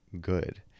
good